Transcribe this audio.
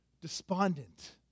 despondent